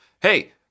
hey